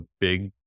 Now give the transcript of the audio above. big